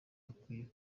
bakwiriye